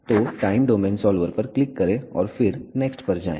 तो time domain solver पर click करें और फिर नेक्स्ट पर जाएं